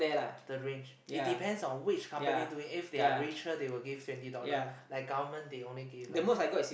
the range it depends on which company doing if they are richer they will give twenty dollar like government they only give like